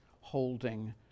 holding